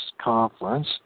conference